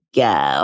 go